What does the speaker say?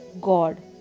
God